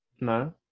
No